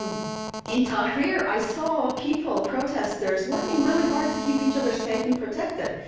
in tahrir, i saw people, protesters, working really hard to keep each other safe and protected.